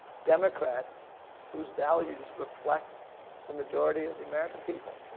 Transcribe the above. democrats who's values reflect the majority of the american people.